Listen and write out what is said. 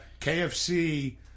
KFC